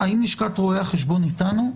האם לשכת רואי החשבון אתנו,